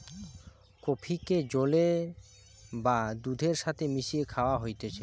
কফিকে জলের বা দুধের সাথে মিশিয়ে খায়া হতিছে